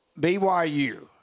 BYU